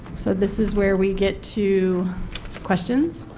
so this is where we get to questions